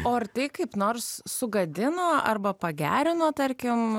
o ar tai kaip nors sugadino arba pagerino tarkim